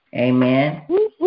Amen